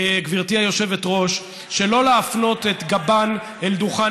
גברתי היושבת-ראש, שלא להפנות את גבן אל הדוכן.